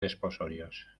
desposorios